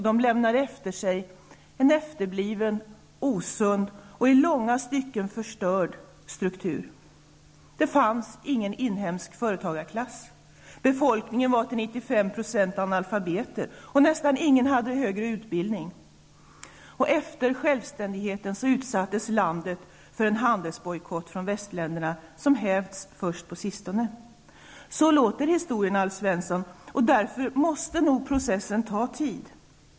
De lämnade efter sig en efterbliven, osund och i långa stycken förstörd struktur. Det fanns ingen inhemsk företagarklass. Befolkningen var till 95 % analfabeter, och nästan ingen hade högre utbildning. Efter självständigheten utsattes landet för en handelsbojkott från västländerna som hävts först på sistone. Så låter historien, Alf Svensson. Därför måste processen ta tid.